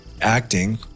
acting